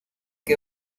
que